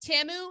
tamu